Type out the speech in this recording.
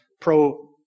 pro